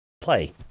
play